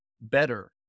better